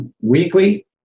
weekly